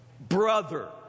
Brother